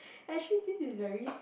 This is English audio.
actually this is very